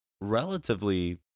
relatively